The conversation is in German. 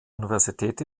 universität